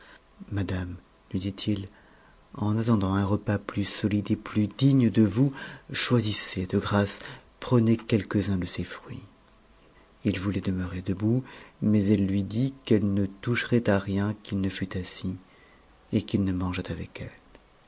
madame lui dit-il en attendant un repas plus solide et plus digne de vous choisissez de grâce prenez quelques-uns de ces fruits il voulait demeurer debout mais elle lui dit qu'elle ne toucherait à rien qu'il ne fût assis et qu'il ne mangeât avec